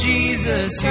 Jesus